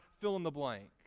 fill-in-the-blank